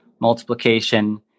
multiplication